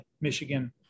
Michigan